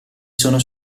sono